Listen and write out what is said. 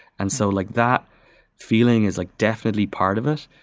and so like that feeling is like definitely part of it.